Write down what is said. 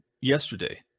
yesterday